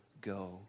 go